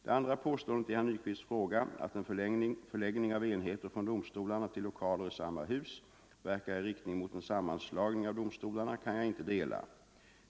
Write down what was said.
Det andra påståendet i herr Nyquists fråga, att en förläggning av enheter från domstolarna till lokaler i samma hus verkar i riktning mot en sammanslagning av domstolarna, kan jag inte dela.